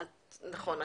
נכון.